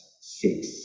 six